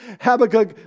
Habakkuk